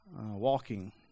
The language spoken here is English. Walking